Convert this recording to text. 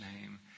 name